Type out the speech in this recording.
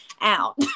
out